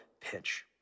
pitch